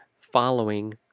following